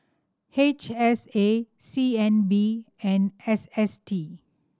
H S A C N B and S S T